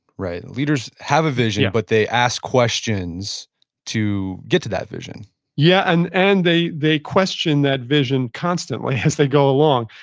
leaders have a vision, but they ask questions to get to that vision yeah, and and they they question that vision constantly as they go along.